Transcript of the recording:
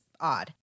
odd